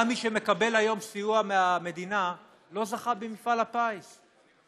גם מי שמקבל היום סיוע מהמדינה לא זכה במפעל הפיס,